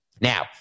Now